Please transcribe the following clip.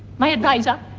my adviser,